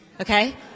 Okay